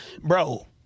Bro